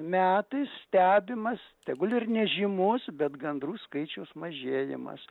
metais stebimas tegul ir nežymus bet gandrų skaičiaus mažėjimas